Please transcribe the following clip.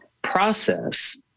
process